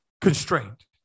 constraint